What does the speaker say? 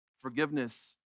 Forgiveness